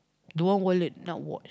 don't want wallet not watch